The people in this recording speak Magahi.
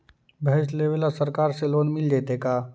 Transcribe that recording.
भैंस लेबे ल सरकार से लोन मिल जइतै का?